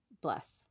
bless